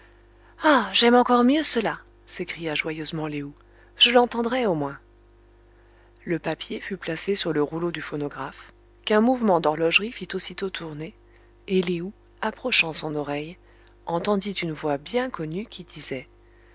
ah j'aime encore mieux cela s'écria joyeusement lé ou je l'entendrai au moins le papier fut placé sur le rouleau du phonographe qu'un mouvement d'horlogerie fit aussitôt tourner et lé ou approchant son oreille entendit une voix bien connue qui disait